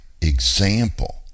example